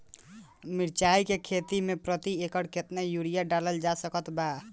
मिरचाई के खेती मे प्रति एकड़ केतना यूरिया डालल जा सकत बा?